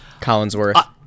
Collinsworth